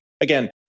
Again